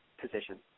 position